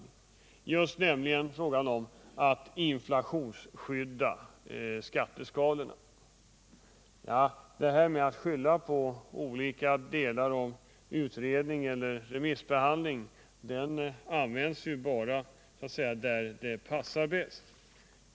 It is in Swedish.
Vad det gällde då var frågan om att inflationsskydda skatteskalorna. Taktiken att skylla på att olika delar av en fråga är i ett visst stadium av utredning eller under remissbehandling används ju bara när det passar de egna syftena.